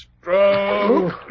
Stroke